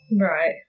Right